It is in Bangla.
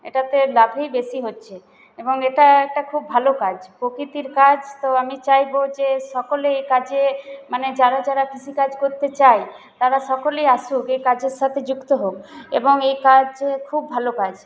এটাতে লাভই বেশি হচ্ছে এবং এটা একটা খুব ভালো কাজ প্রকৃতির কাজ তো আমি চাইব যে সকলে এই কাজে মানে যারা যারা কৃষিকাজ করতে চায় তারা সকলে আসুক এ কাজের সাথে যুক্ত হোক এবং এ কাজ খুব ভালো কাজ